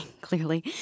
clearly